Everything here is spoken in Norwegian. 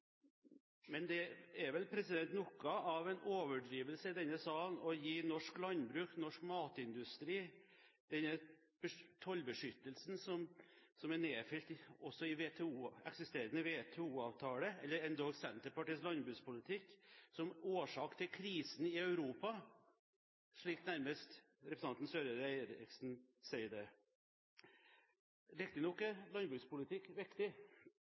Men det er vel litt av en overdrivelse i denne salen å oppgi norsk landbruk, norsk matindustri, denne tollbeskyttelsen som også er nedfelt i eksisterende WTO-avtale – ja, endog i Senterpartiets landbrukspolitikk – som årsak til krisen i Europa, slik representanten Eriksen Søreide nærmest gjør. Riktignok er landbrukspolitikk viktig,